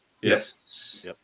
Yes